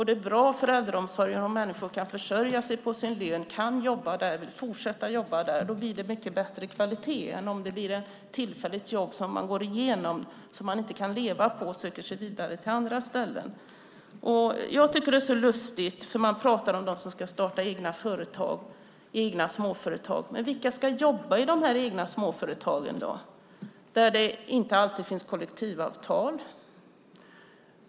Det är bra för äldreomsorgen om människor kan försörja sig på sin lön, kan fortsätta att jobba där. Då blir det mycket bättre kvalitet än om det bara är ett tillfälligt jobb som man går igenom för att man inte kan leva på det utan måste söka sig vidare till andra ställen. Man talar om dem som ska starta egna småföretag, men frågan är vilka som ska jobba i dessa småföretag, där det inte alltid finns kollektivavtal.